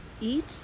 eat